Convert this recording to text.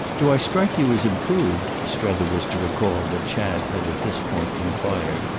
do i strike you as improved? strether was to recall that chad had at this point enquired.